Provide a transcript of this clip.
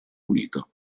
unito